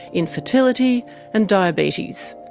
infertility and diabetes.